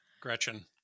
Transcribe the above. Gretchen